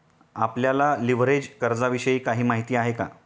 आपल्याला लिव्हरेज कर्जाविषयी काही माहिती आहे का?